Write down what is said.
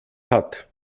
hat